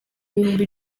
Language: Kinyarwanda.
bihumbi